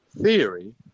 theory